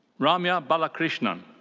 ramya balakrishnan.